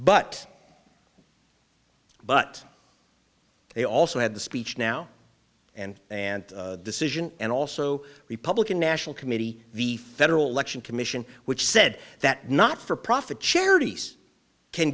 but but they also had the speech now and and decision and also republican national committee the federal election commission which said that not for profit charities can